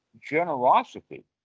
generosity